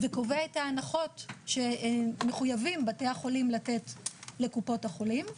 וקובע את ההנחות שמחויבים בתי החולים לתת לקופות החולים.